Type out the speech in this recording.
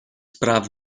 praw